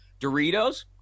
Doritos